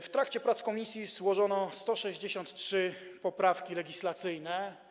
W trakcie prac komisji złożono 163 poprawki legislacyjne.